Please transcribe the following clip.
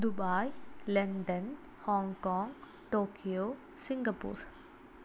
Dubai London Hong Kong Tokyo Singapore